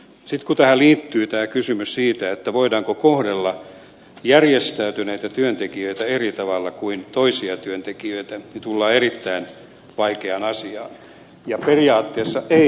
sitten kun tähän liittyy tämä kysymys siitä voidaanko kohdella järjestäytyneitä työntekijöitä eri tavalla kuin toisia työntekijöitä niin tullaan erittäin vaikeaan asiaan ja periaatteessa ei